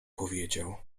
powiedział